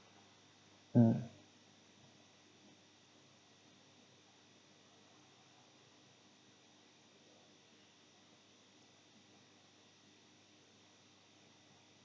mm